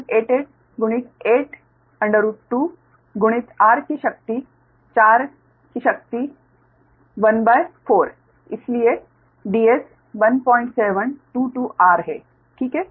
तो 07788 गुणित 8√2 गुणित r की शक्ति 4 की शक्ति 1 भागित 4 इसलिए Ds 1722r है ठीक है